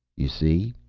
you see?